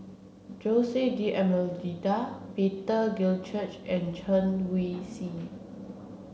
Jose D'almeida Peter Gilchrist and Chen Wen Csi